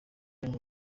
rimwe